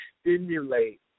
stimulate